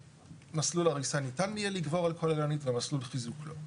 שמסלול הריסה ניתן יהיה לגבור על כוללנית ומסלול חיזוק לא.